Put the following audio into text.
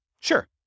Sure